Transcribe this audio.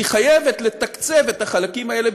אז היא חייבת לתקצב את החלקים האלה